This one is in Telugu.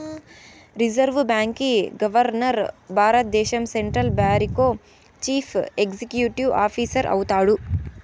రిజర్వు బాంకీ గవర్మర్ భారద్దేశం సెంట్రల్ బారికో చీఫ్ ఎక్సిక్యూటివ్ ఆఫీసరు అయితాడు